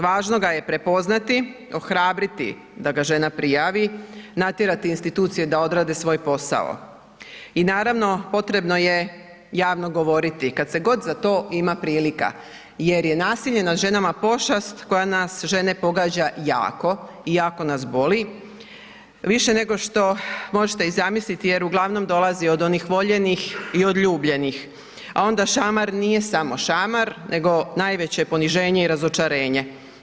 Važno ga je prepoznati, ohrabriti da ga žena prijavi, natjerati institucije da odrade svoj posao i naravno, potrebno je javno govoriti, kad se god za to ima prilika jer je nasilje nad ženama pošast koja nas žene pogađa jako i jako nas boli, više nego što možete i zamisliti jer uglavnom dolazi od onih voljenih i od ljubljenih, a onda šamar nije samo šamar nego najveće poniženje i razočarenje.